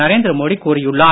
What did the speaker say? நரேந்திரமோடி கூறியுள்ளார்